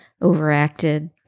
overacted